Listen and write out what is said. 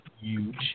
huge